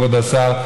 כבוד השר,